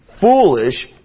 foolish